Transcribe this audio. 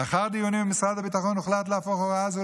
לאחר דיונים עם משרד הביטחון הוחלט להפוך הוראה זו